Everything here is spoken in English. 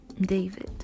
David